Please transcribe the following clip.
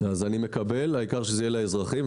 אני מקבל, העיקר שזה יהיה לאזרחים.